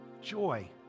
joy